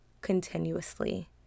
continuously